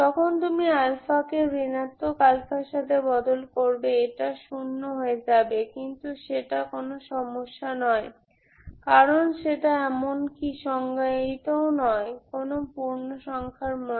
যখন তুমি আলফাকে ঋণাত্মক আলফার সাথে বদল করবে এটা শূন্য হয়ে যাবে কিন্তু সেটা কোনো সমস্যা নয় কারণ সেটা এমনকি সংজ্ঞায়িতও নয় কোন পূর্ণ সংখ্যার মানে